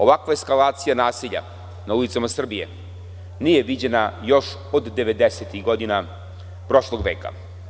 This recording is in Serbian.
Ovakva eskalacija nasilja na ulicama Srbije nije viđena još od 90-ih godina prošlog veka.